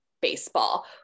baseball